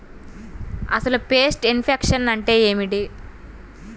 అసలు pest infection అంటే ఏమిటి?